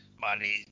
money